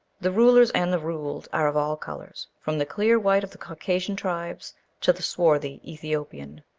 the rulers and the ruled are of all colours, from the clear white of the caucasian tribes to the swarthy ethiopian.